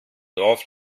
dorf